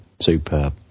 superb